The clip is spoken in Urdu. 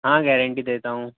ہاں گیارنٹی دیتا ہوں